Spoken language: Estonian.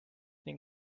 ning